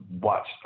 watch